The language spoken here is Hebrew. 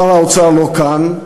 שר האוצר לא כאן,